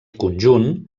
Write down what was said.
conjunt